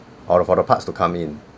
or for the parts to come in